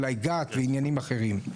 אולי גת ודברים אחרים.